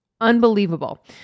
unbelievable